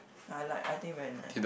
I like I think very nice